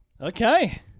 Okay